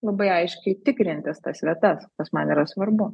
labai aiškiai tikrintis tas vietas kas man yra svarbu